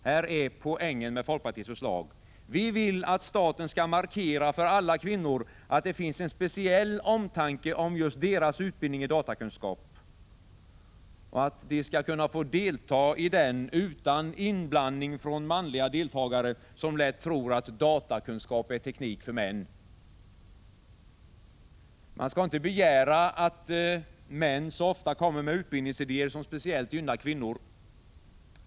Här är poängen med folkpartiets förslag: Vi vill att staten skall markera för alla kvinnor att det finns en speciell omtanke om just deras utbildning i datakunskap — och att de skall kunna få delta i den utan inblandning från manliga deltagare, som lätt tror att datakunskap är teknik för män. Man skall inte begära att män så ofta skall presentera utbildningsidéer som speciellt gynnar kvinnor.